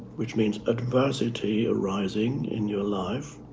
which means adversity arising in your life.